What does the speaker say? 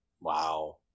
Wow